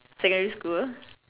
secondary school